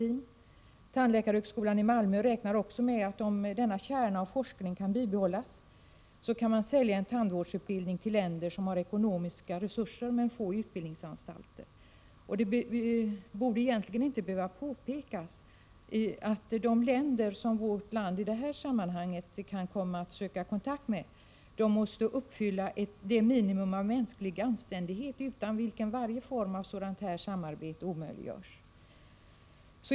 Vid tandläkarhögskolan i Malmö räknar man med att om denna kärna av forskning kan bibehållas, kommer tandvårdsutbildning att kunna säljas till länder som har ekonomiska resurser men få utbildningsanstalter. Det borde egentligen inte behöva påpekas att de länder som vårt land i det här sammanhanget kan komma att söka kontakt med måste motsvara det minimum av mänsklig anständighet utan vilken varje form av sådant här samarbete omöjliggörs.